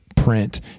print